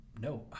no